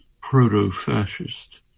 proto-fascist